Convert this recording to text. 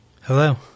Hello